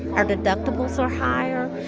our deductibles are higher.